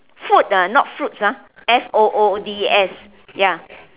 food ah not fruits ah f o o d s ya